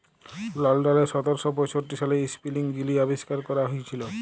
লল্ডলে সতের শ পঁয়ষট্টি সালে ইস্পিলিং যিলি আবিষ্কার ক্যরা হঁইয়েছিল